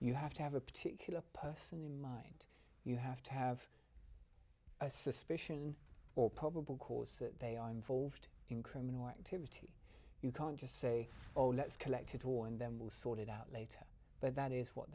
you have to have a particular person in mind you have to have a suspicion or probable cause that they are involved in criminal activity you can't just say oh let's collected warn them we'll sort it out later but that is what